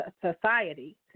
society